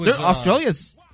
Australia's